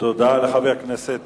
תודה לחבר הכנסת